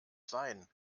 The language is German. sein